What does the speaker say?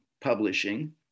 Publishing